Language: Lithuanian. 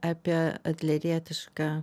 apie adlerietišką